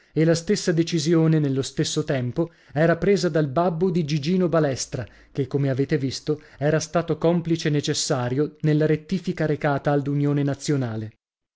e la stessa decisione nello stesso tempo era presa dal babbo di gigino balestra che come avete visto era stato complice necessario nella rettifica recata all'unione nazionale